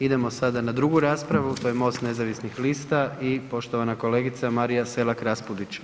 Idemo sada na drugu raspravu to je MOST nezavisnih lista i poštovana kolegica Marija Selak Raspudić.